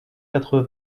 quatre